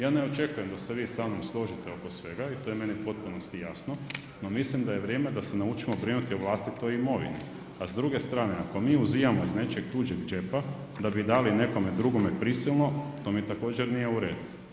Ja ne očekujem da se vi samnom složite oko svega i to je meni u potpunosti jasno, no mislim da je vrijeme da se naučimo brinuti o vlastitoj imovini, a s druge strane ako mi uzimamo iz nečijeg tuđeg džepa da bi dali nekome drugome prisilno to mi također nije u redu.